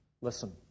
listen